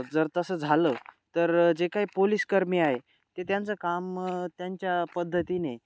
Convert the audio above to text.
जर तसं झालं तर जे काही पोलिसकर्मी आहे ते त्यांचं काम त्यांच्या पद्धतीने